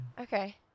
okay